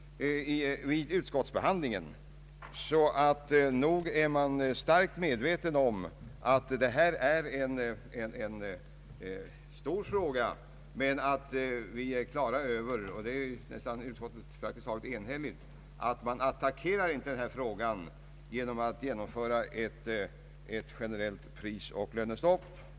Man är därför nog starkt medveten om att det här gäller en stor fråga, men vi bör vara på det klara med — och på denna punkt är utskottet praktiskt taget enhälligt — att denna fråga inte kan attackeras genom införandet av ett generellt prisoch lönestopp.